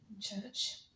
church